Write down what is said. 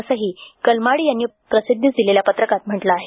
असंही कलमाडी यांनी प्रसिद्धीस दिलेल्या पत्रकात व्यक्त केला आहे